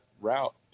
route